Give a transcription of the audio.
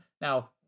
now